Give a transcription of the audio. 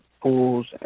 pools